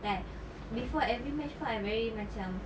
like before every match pun I very macam